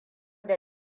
da